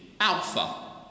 alpha